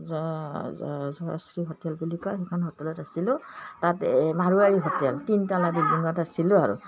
Jayashree hotel বুলি কয় সেইখন হোটেলত আছিলোঁ তাত এই মাৰোৱাৰী হোটেল তিনিটলা বিল্ডিঙত আছিলোঁ আৰু